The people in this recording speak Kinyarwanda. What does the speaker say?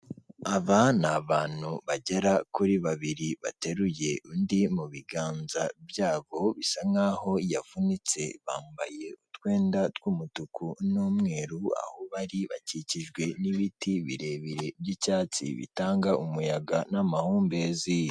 Aba ni abantu bagera kuri babiri bateruye undi mu biganza byabo, bisa nkaho yavunitse bambaye utwenda tw'umutuku n'umweru aho bari bakikijwe n'ibiti birebire by'icyatsi bitanga umuyaga n'amahumbezi.